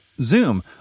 Zoom